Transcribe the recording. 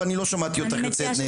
ואני לא שמעתי אותך יוצאת נגד.